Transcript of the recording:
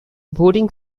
voting